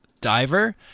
Diver